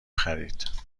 خرید